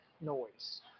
noise